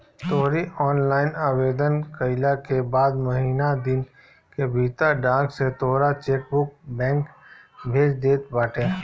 तोहरी ऑनलाइन आवेदन कईला के बाद महिना दिन के भीतर डाक से तोहार चेकबुक बैंक भेज देत बाटे